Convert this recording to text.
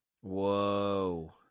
Whoa